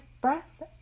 breath